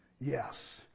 Yes